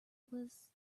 was